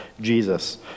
Jesus